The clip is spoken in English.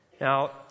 Now